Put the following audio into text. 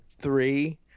three